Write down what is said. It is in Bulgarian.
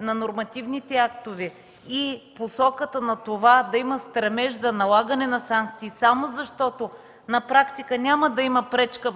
на нормативните актове и посоката да има стремеж за налагане на санкции само защото на практика няма да има пречка,